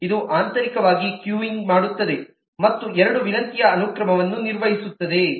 ಇದು ಆಂತರಿಕವಾಗಿ ಕ್ಯೂಯಿಂಗ್ ಮಾಡುತ್ತದೆ ಮತ್ತು ಎರಡು ವಿನಂತಿಯ ಅನುಕ್ರಮವನ್ನು ನಿರ್ವಹಿಸುತ್ತದೆ